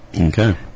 Okay